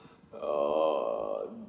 uh